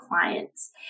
clients